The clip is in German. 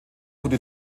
wurde